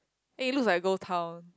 eh looks like ghost town